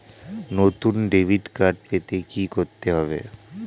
নতুন debit card পেতে কী করতে হবে?